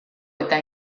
eta